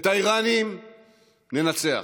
את האיראנים ננצח,